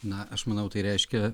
na aš manau tai reiškia